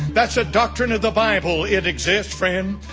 that's a doctrine of the bible. it exists, friend.